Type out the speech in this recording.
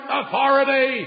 authority